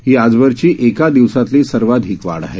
ही आजवरची एका दिवसातली सर्वाधिक वाढ आहे